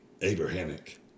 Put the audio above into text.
Abrahamic